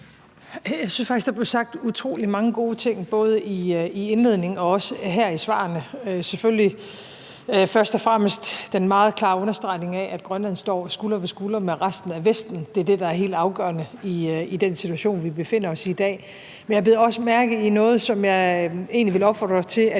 faktisk, at der blev sagt utrolig mange gode ting både i indledningen og også her i svarene; selvfølgelig først og fremmest den meget klare understregning af, at Grønland står skulder ved skulder med resten af Vesten – det er det, der er helt afgørende i den situation, vi befinder os i i dag. Men jeg bed også mærke i noget, som jeg egentlig vil opfordre til